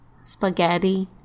Spaghetti